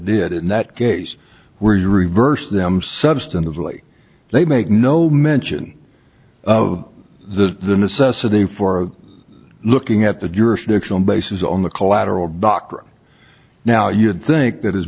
did in that case were you reverse them substantively they make no mention of the the necessity for looking at the jurisdictional basis on the collateral dockery now you'd think that as